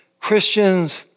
Christians